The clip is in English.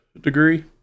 degree